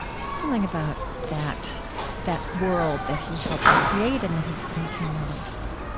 say something about that that world that he helped create and that he that he came out of